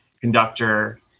conductor